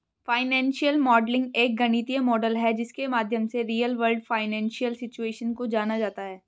financial modelling एक गणितीय model है जिसके माध्यम से रियल वर्ल्ड फाइनेंशियल सिचुएशन को जाना जाता है